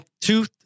Two